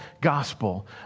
Gospel